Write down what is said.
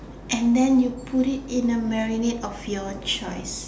and then you put it in a marinade of your choice